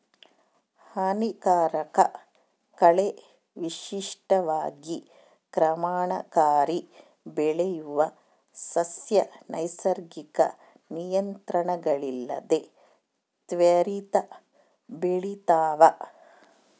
ಹಾನಿಕಾರಕ ಕಳೆ ವಿಶಿಷ್ಟವಾಗಿ ಕ್ರಮಣಕಾರಿ ಬೆಳೆಯುವ ಸಸ್ಯ ನೈಸರ್ಗಿಕ ನಿಯಂತ್ರಣಗಳಿಲ್ಲದೆ ತ್ವರಿತ ಬೆಳಿತಾವ